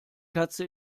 katze